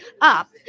up